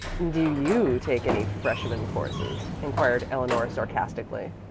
do you take any freshman courses? inquired eleanor sarcastically.